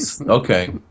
Okay